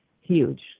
huge